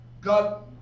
God